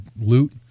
loot